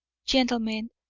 gentlemen,